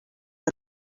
are